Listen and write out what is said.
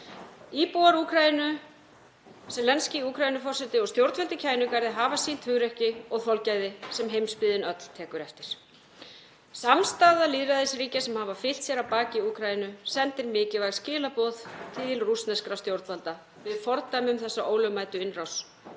Íbúar Úkraínu, Zelenskí Úkraínuforseti og stjórnvöld í Kænugarði hafa sýnt hugrekki og þolgæði sem heimsbyggðin öll tekur eftir. Samstaða lýðræðisríkja sem hafa fylkt sér að baki Úkraínu sendir mikilvæg skilaboð til rússneskra stjórnvalda: Við fordæmum þessa ólögmætu innrás